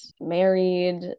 married